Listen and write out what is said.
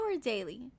daily